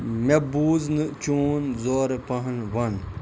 مےٚ بوٗز نہٕ چیون زورٕ پَہم ون